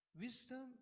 Wisdom